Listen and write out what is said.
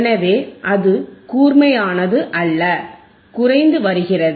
எனவே அது கூர்மையானது அல்ல குறைந்து வருகிறது